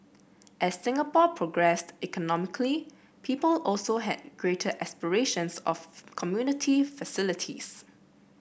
as Singapore progressed economically people also had greater aspirations of community facilities